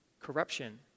corruption